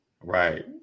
right